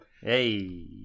Hey